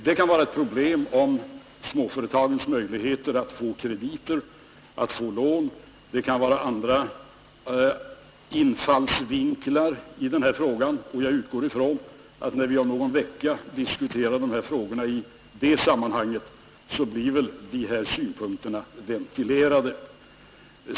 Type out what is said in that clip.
Det kan vara ett problem med småföretagens möjligheter att få krediter, att få lån. Det kan finnas andra infallsvinklar i denna fråga, och jag utgår ifrån att dessa synpunkter blir ventilerade, när vi om någon vecka skall diskutera dessa frågor.